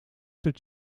dat